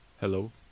Hello